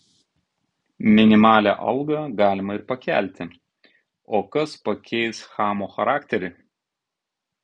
minimalią algą galima ir pakelti o kas pakeis chamo charakterį